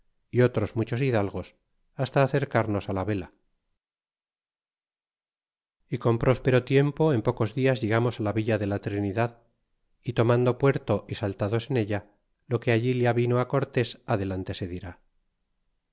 y otros muchos hidalgos hasta acercarnos la vela y con próspero tiempo en pocos dias llegarnos á la villa de la trinidad y tomando puerto y saltados en tierra lo que allí le avino cortes adelante se dirá